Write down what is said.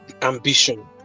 ambition